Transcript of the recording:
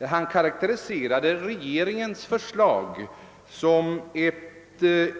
Herr Mundebo karakteriserade regeringens förslag som ett